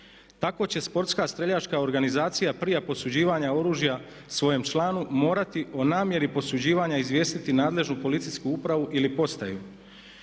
Tako će sportska streljačka organizacija prije posuđivanja oružja svojem članu morati o namjeri posuđivanja izvijestiti nadležnu policijsku upravu ili postaju